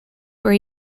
where